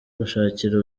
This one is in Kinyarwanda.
gushakira